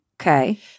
Okay